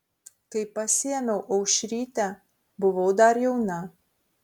kai pasiėmiau aušrytę buvau dar jauna